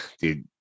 dude